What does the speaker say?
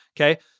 Okay